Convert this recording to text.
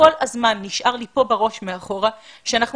וכל הזמן נשאר לי פה בראש מאחורה שאנחנו